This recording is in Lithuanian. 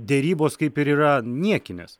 derybos kaip ir yra niekinės